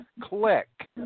click